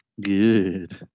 good